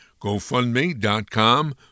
gofundme.com